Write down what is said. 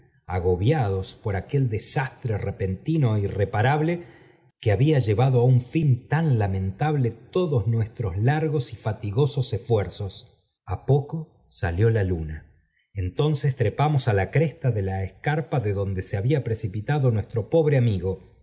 agobiados por aquel desastre repentino é irreparable que había llevado á un fin tan lamentable todos nuestros largos y fatigosos esfuerzos a pocó salió la luna entonces trepamos á la cresta de la escarpa de donde ea había precipitado nuestro pobre amigo